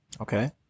Okay